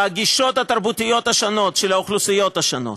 בגישות התרבותיות השונות של האוכלוסיות השונות,